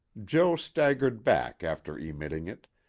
jo. staggered back after emitting it,